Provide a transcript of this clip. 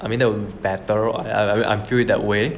Imean that would be better I mean I will feel it that way